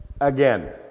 again